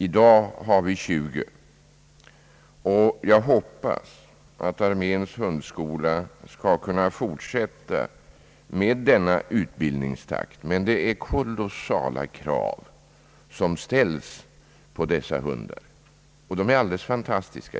I dag har vi tjugu, och jag hoppas att arméns hundskola skall kunna fortsätta med denna utbildningstakt. Men det är kolossalt stora krav som ställs på dessa hundar. De är också helt fantastiska.